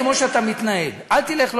תתנהל כמו שאתה מתנהל, אל תלך לא